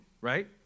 right